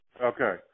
Okay